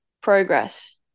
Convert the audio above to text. progress